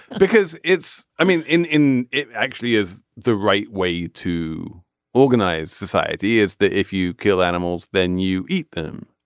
because it's i mean in in it actually is the right way to organize society is that if you kill animals then you eat them.